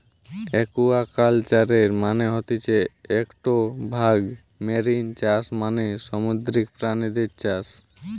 একুয়াকালচারের মানে হতিছে একটো ভাগ মেরিন চাষ মানে সামুদ্রিক প্রাণীদের চাষ